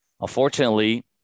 unfortunately